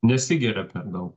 nesigiria per daug